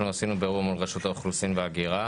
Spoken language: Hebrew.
אנחנו עשינו בירור מול רשות האוכלוסין וההגירה